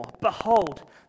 Behold